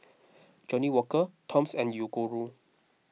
Johnnie Walker Toms and Yoguru